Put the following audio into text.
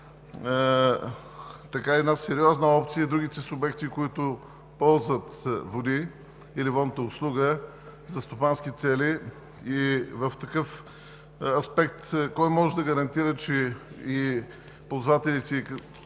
открива една сериозна опция другите субекти, които ползват води или водната услуга за стопански цели, и в такъв аспект кой може да гарантира, че и ползвателите –